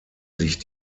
sich